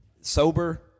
sober